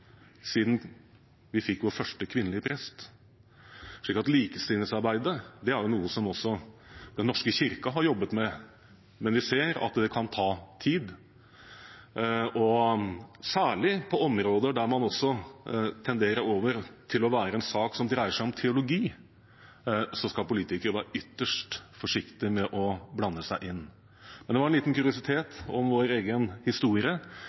siden vi fikk vår første kvinnelige prest. Så likestillingsarbeidet er noe som også Den norske kirke har jobbet med, men vi ser at det kan ta tid. Særlig på områder der det også tenderer til å være en sak som dreier seg om teologi, skal politikere være ytterst forsiktige med å blande seg inn. Dette var en liten kuriositet om vår egen historie